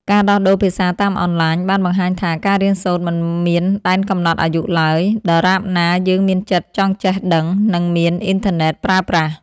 ការដោះដូរភាសាតាមអនឡាញបានបង្ហាញថា ការរៀនសូត្រមិនមានដែនកំណត់អាយុឡើយ ដរាបណាយើងមានចិត្តចង់ចេះដឹង និងមានអ៊ីនធឺណិតប្រើប្រាស់។